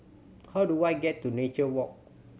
how do I get to Nature Walk